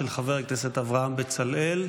של חבר הכנסת אברהם בצלאל,